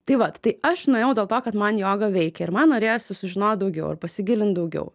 tai vat tai aš nuėjau dėl to kad man joga veikė ir man norėjosi sužinot daugiau ir pasigilint daugiau